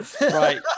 right